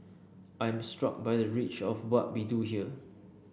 I am struck by the reach of what we do here